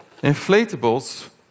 inflatables